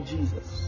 Jesus